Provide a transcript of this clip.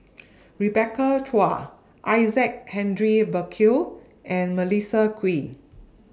Rebecca Chua Isaac Henry Burkill and Melissa Kwee